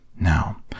Now